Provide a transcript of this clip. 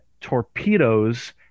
torpedoes